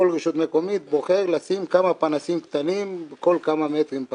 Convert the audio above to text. כל רשות מקומית בוחרת לשים כמה פנסים קטנים כל כמה מטרים.